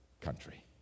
country